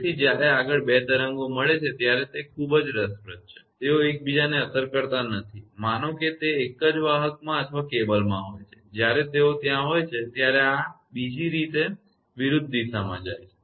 તેથી જ્યારે આગળ 2 તરંગો મળે છે ત્યારે તે ખૂબ જ રસપ્રદ છે તેઓ એકબીજાને અસર કરતા નથી માનો કે એ તે જ વાહકમાં અથવા કેબલમાં હોય છે જ્યારે તેઓ ત્યાં હોય છે ત્યારે આ બીજી રીત વિરુદ્ધ દિશામાં જાય છે